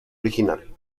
original